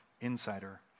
insider